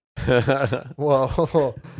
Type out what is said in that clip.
whoa